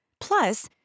Plus